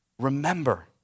remember